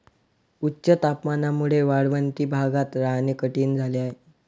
उच्च तापमानामुळे वाळवंटी भागात राहणे कठीण झाले आहे